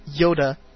Yoda